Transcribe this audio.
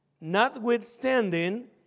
Notwithstanding